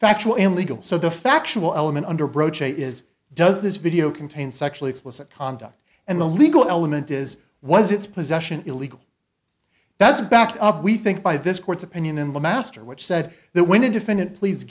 factual and legal so the factual element under broacha is does this video contain sexually explicit conduct and the legal element is was its possession illegal that's backed up we think by this court's opinion in the master which said that when a defendant pleads